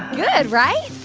good, right?